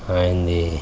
ఆయనది